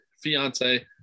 fiance